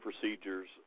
procedures